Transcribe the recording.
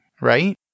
right